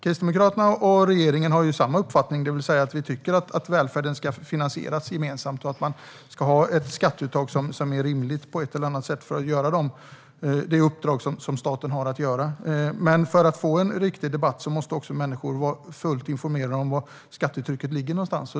Kristdemokraterna och regeringen har samma uppfattning, det vill säga att vi tycker att välfärden ska finansieras gemensamt och att man ska ha ett skatteuttag som är rimligt på ett eller annat sätt för att utföra det uppdrag som staten har att utföra. Men för att få en riktig debatt måste människor också vara fullt informerade om var skattetrycket ligger någonstans.